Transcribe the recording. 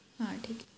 हां ठीक आहे